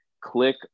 click